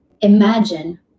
Imagine